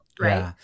right